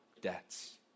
debts